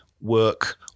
work